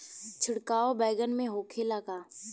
छिड़काव बैगन में होखे ला का?